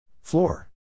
floor